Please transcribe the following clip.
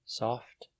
soft